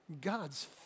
God's